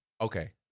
Okay